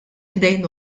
ħdejn